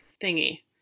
thingy